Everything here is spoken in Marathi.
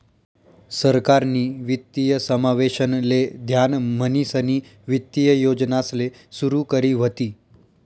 सरकारनी वित्तीय समावेशन ले ध्यान म्हणीसनी वित्तीय योजनासले सुरू करी व्हती